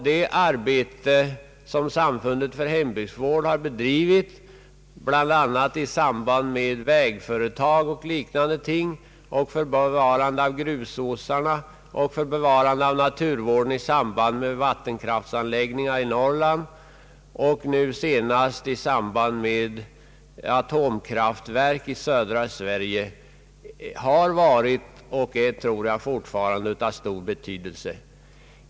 Det arbete som Samfundet för hembygdsvård bedrivit i samarbete med vägbyggare m.fl. för bevarande av grusåsarna och för bevarande av naturen i samband med vattenkraftsanläggningar i Norrland och nu senast i samband med anläggande av atomkraftverk i södra Sverige har varit och är fortfarande av stor betydelse.